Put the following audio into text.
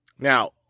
Now